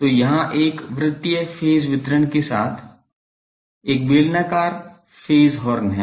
तो यहां एक वृतीय फेज वितरण के साथ एक बेलनाकार फेज हॉर्न है